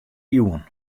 iuwen